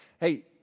hey